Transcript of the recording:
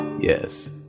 Yes